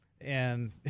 And-